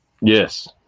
Yes